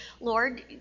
Lord